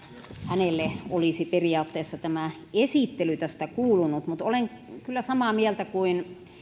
hänelle olisi periaatteessa tämä esittely tästä kuulunut mutta olen kyllä samaa mieltä kuin